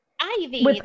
ivy